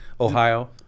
Ohio